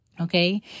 Okay